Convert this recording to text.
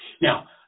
Now